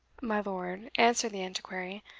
my lord, answered the antiquary,